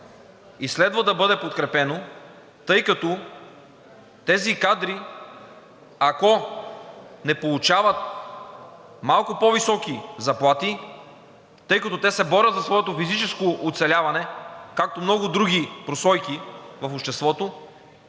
и следва да бъде подкрепено, тъй като тези кадри, ако не получават малко по-високи заплати, тъй като те се борят за своето физическо оцеляване, както много други прослойки в обществото,